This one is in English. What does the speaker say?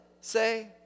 say